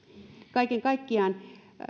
kaiken kaikkiaan